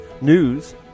news